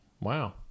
wow